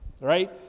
right